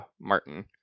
Martin